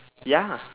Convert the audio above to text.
ya